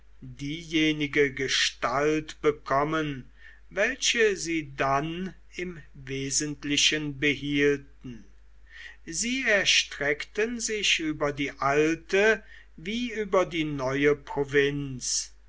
diejenige gestalt bekommen welche sie dann im wesentlichen behielten sie erstreckten sich über die alte wie über die neue provinz